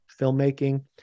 filmmaking